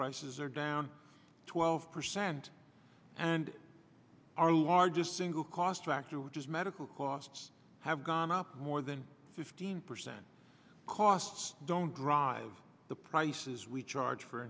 prices are down twelve percent and our largest single cost factor which is medical costs have gone up more than fifteen percent costs don't drive the prices we charge for